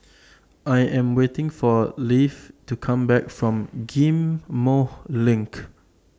I Am waiting For Leif to Come Back from Ghim Moh LINK